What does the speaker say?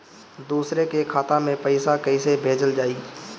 दूसरे के खाता में पइसा केइसे भेजल जाइ?